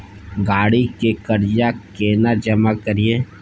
गाड़ी के कर्जा केना जमा करिए?